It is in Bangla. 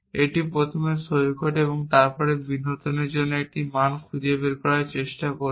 এটি প্রথমে সৈকত তারপর বিনোদনের জন্য একটি মান খুঁজে বের করার চেষ্টা করবে